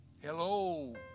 Hello